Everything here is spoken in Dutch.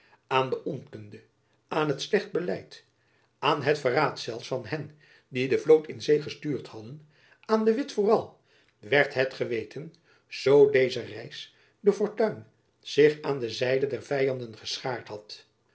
aan de onkunde aan het slecht beleid aan het verraad zelfs van hen die de vloot in zee gestuurd hadden aan de witt vooral werd het geweten zoo deze reis de fortuin zich aan de zijde der vyanden geschaard had